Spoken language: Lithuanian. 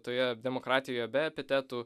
toje demokratijoje be epitetų